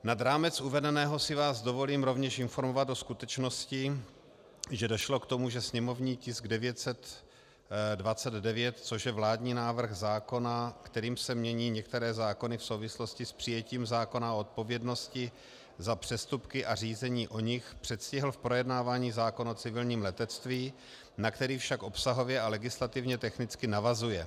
Nad rámec uvedeného si vás dovolím rovněž informovat o skutečnosti, že došlo k tomu, že sněmovní tisk 929, což je vládní návrh zákona, kterým se mění některé zákony v souvislosti s přijetím zákona o odpovědnosti za přestupky a řízení o nich, předstihl v projednávání zákon o civilním letectví, na který však obsahově a legislativně technicky navazuje.